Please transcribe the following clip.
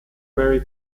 mary